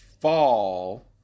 fall